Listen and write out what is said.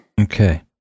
Okay